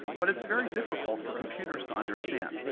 but it's very difficult for computers to understand.